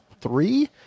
three